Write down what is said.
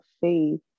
faith